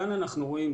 כאן אנחנו רואים,